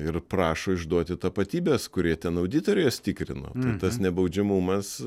ir prašo išduoti tapatybes kurie ten auditoriai juos tikrino tai tas nebaudžiamumas